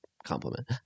compliment